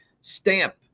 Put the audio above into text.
stamp